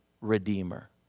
redeemer